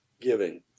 giving